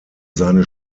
seine